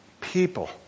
people